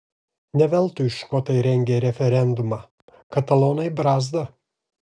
ne veltui škotai rengė referendumą katalonai brazda